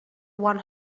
one